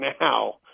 now